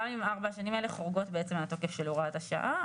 גם אם ארבע השנים האלה חורגות בעצם מהתוקף של הוראת השעה.